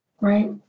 Right